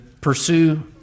pursue